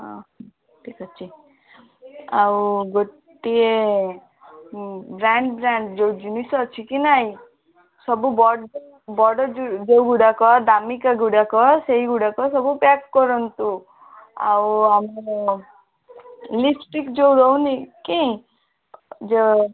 ହଁ ଠିକ୍ ଅଛି ଆଉ ଗୋଟିଏ ବ୍ରାଣ୍ଡ ବ୍ରାଣ୍ଡ ଯେଉଁ ଜିନିଷ ଅଛିକି ନାହିଁ ସବୁ ବଡ଼ ବଡ଼ ଯେଉଁ ଗୁଡ଼ାକ ଦାମିକା ଗୁଡ଼ାକ ସେଇ ଗୁଡ଼ାକ ସବୁ ପ୍ୟାକ୍ କରନ୍ତୁ ଆଉ ଆମର ଲିପଷ୍ଟିକ୍ ଯେଉଁ ରହୁନି କି ଯୋ